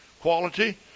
quality